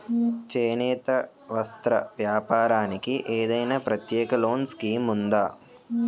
చేనేత వస్త్ర వ్యాపారానికి ఏదైనా ప్రత్యేక లోన్ స్కీం ఉందా?